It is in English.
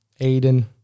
Aiden